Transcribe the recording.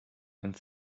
and